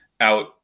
Out